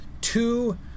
two